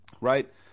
right